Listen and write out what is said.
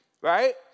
Right